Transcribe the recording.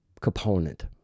component